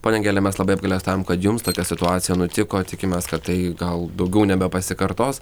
ponia angele mes labai apgailestaujam kad jums tokia situacija nutiko tikimės kad tai gal daugiau nebepasikartos